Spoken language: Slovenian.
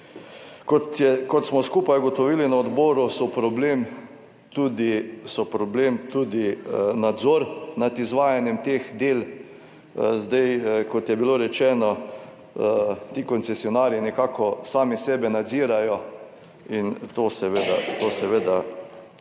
Kot smo skupaj ugotovili na odboru, je problem tudi nadzor nad izvajanjem teh del. Zdaj kot je bilo rečeno, ti koncesionarji nekako sami sebe nadzirajo in to seveda ni v redu.